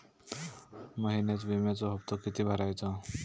महिन्यात विम्याचो हप्तो किती भरायचो?